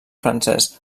francès